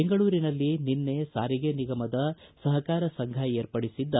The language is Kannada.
ಬೆಂಗಳೂರಿನಲ್ಲಿ ನಿನ್ನೆ ಸಾರಿಗೆ ನಿಗಮದ ಸಹಕಾರ ಸಂಘ ಏರ್ಪಡಿಸಿದ್ದ